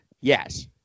yes